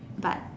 but